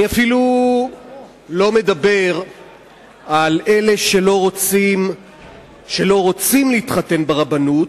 אני אפילו לא מדבר על אלה שלא רוצים להתחתן ברבנות,